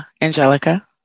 Angelica